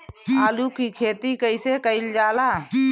आलू की खेती कइसे कइल जाला?